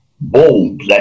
bold